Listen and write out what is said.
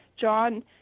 John